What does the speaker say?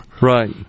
Right